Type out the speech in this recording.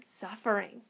suffering